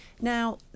Now